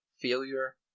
failure